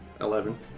Eleven